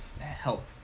help